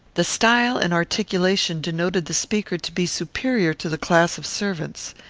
the style and articulation denoted the speaker to be superior to the class of servants.